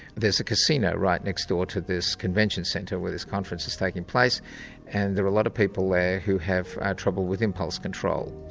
there's a casino right next door to this convention centre where this conference is taking place and there are a lot of people there who have ah trouble with impulse control.